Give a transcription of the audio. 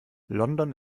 london